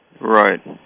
Right